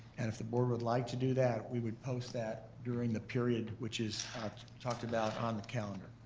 and if the board would like to do that, we would post that during the period which is talked about on the calendar.